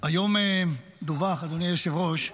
היום דווח, אדוני היושב-ראש,